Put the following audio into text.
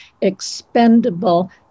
expendable